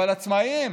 אבל עצמאים